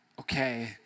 okay